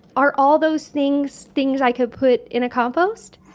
are all those things things i could put in a compost?